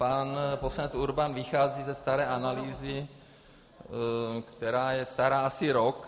Pan poslanec Urban vychází ze staré analýzy, která je stará asi rok.